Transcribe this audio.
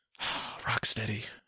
Rocksteady